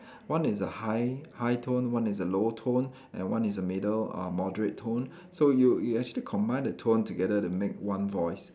one is a high high tone one is a low tone and one is a middle uh moderate tone so you you actually combine the tone together to make one voice